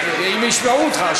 אם ישמעו אותך.